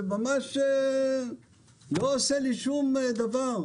זה ממש לא עושה לי שום דבר.